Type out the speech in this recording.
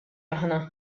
aħna